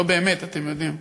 לא באמת, אתם יודעים.